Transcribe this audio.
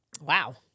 Wow